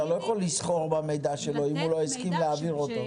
אתה לא יכול לסחור במידע שלו אם הוא לא הסכים להעביר אותו.